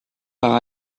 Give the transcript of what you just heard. par